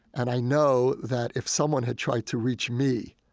and i know that if someone had tried to reach me